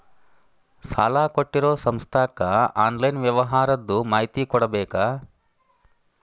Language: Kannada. ಸಾಲಾ ಕೊಟ್ಟಿರೋ ಸಂಸ್ಥಾಕ್ಕೆ ಆನ್ಲೈನ್ ವ್ಯವಹಾರದ್ದು ಮಾಹಿತಿ ಕೊಡಬೇಕಾ?